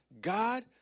God